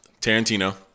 Tarantino